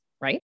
right